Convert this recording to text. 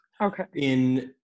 Okay